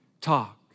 talk